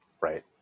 Right